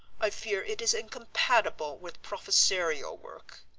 i fear it is incompatible with professorial work.